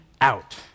out